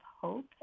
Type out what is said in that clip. hope